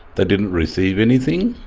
they didn't receive anything,